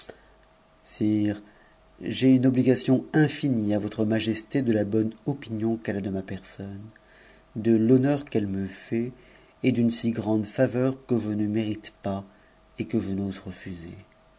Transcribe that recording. j'ai une obligation infinie à votre majesté de la bonne opinion qu'elle a de ma per e de l'honneur qu'elle me fait et d'une si grande faveur que je ne j epas et que je n'ose refuser